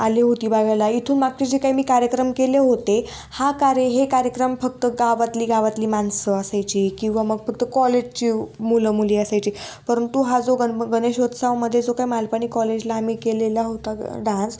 आली होती बघायला इथून मागचे जे काही मी कार्यक्रम केले होते हा कारे हे कार्यक्रम फक्त गावातली गावातली माणसं असायची किंवा मग फक्त कॉलेजची मुलं मुली असायची परंतु हा जो गन गणेशोत्सावमध्ये जो काय मालपाणी कॉलेजला आम्ही केलेला होता ग डान्स